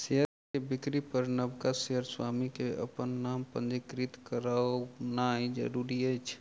share के बिक्री पर नबका शेयर स्वामी के अपन नाम पंजीकृत करौनाइ जरूरी अछि